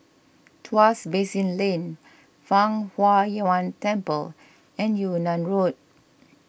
Tuas Basin Lane Fang Huo Yuan Temple and Yunnan Road